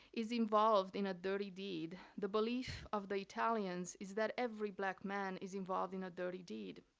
is involved in a dirty deed, the belief of the italians is that every black man is involved in a dirty deed.